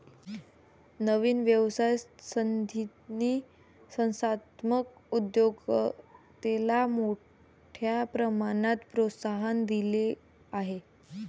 नवीन व्यवसाय संधींनी संस्थात्मक उद्योजकतेला मोठ्या प्रमाणात प्रोत्साहन दिले आहे